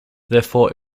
therefore